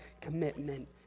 commitment